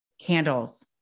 Candles